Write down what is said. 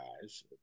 guys